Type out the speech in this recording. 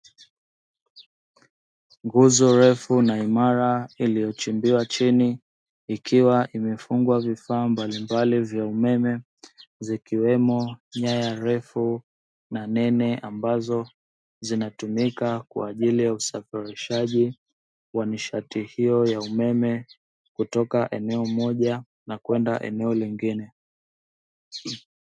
Nguzo refu na imara iliyochimbiwa chini ikiwa imefungwa vifaa mbalimbali vya umeme, zikiwemo nyaya refu na nene ambazo zinatumika kwa ajili ya usafirishaji wa nishati hiyo ya umeme kutoka eneo moja na kwenda eneo lingine.